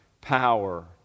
power